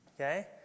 Okay